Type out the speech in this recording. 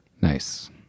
nice